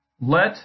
let